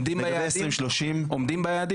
עומדים ביעדים?